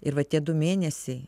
ir va tie du mėnesiai